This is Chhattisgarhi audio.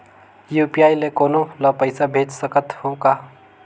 यू.पी.आई ले कोनो ला पइसा भेज सकत हों का?